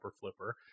flipper